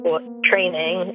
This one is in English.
training